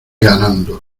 ganando